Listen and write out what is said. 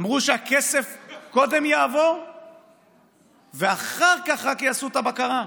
אמרו שהכסף קודם יעבור ורק אחר כך יעשו את הבקרה.